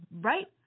right